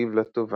תשיב לה טובה.